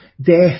death